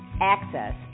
access